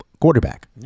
quarterback